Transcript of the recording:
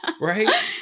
Right